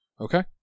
Okay